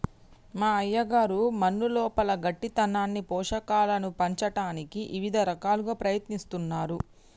మా అయ్యగారు మన్నులోపల గట్టితనాన్ని పోషకాలను పంచటానికి ఇవిద రకాలుగా ప్రయత్నిస్తున్నారు